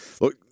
look